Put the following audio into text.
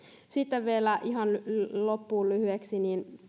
sitten vielä ihan loppuun lyhyesti